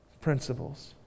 principles